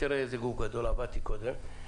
תראה באיזה גוף גדול עבדתי קודם,